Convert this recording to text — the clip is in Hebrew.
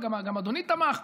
גם אדוני תמך,